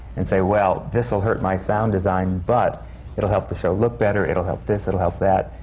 and say, well, this'll hurt my sound design, but it'll help the show look better. it'll help this, it'll help that.